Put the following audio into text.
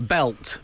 BELT